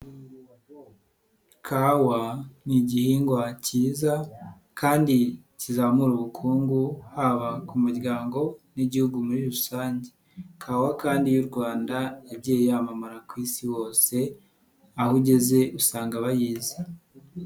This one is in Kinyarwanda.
Kawa ni igihingwa cyiza kandi kizamura ubukungu haba ku muryango n'Igihugu muri rusange, kawa kandi y'u Rwanda yagiye yamamara ku Isi hose aho ugeze usanga bayizi.